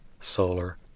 solar